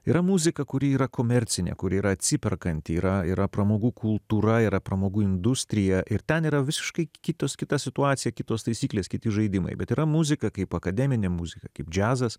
yra muzika kuri yra komercinė kur yra atsiperkanti yra yra pramogų kultūra yra pramogų industrija ir ten yra visiškai kitos kita situacija kitos taisyklės kiti žaidimai bet yra muzika kaip akademinė muzika kaip džiazas